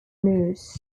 news